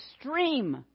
extreme